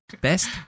best